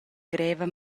greva